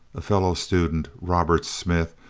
a fellow student, robert smith,